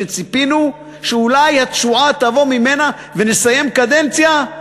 שציפינו שאולי התשועה תבוא ממנה ונסיים קדנציה,